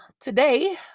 today